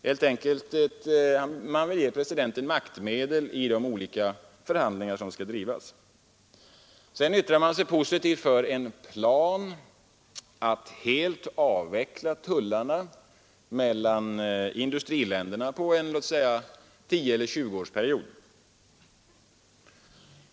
Man vill helt enkelt ge presidenten maktmedel i de olika förhandlingar som skall drivas. Sedan yttrar man sig positivt för en plan att helt avveckla tullarna mellan industriländerna på en tioeller tjugoårsperiod.